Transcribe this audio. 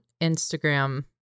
Instagram